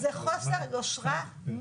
היא